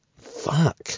Fuck